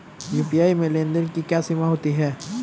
UPI में लेन देन की क्या सीमा होती है?